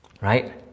Right